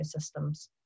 ecosystems